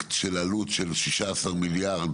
פרויקט בעלות של 16 מיליארד,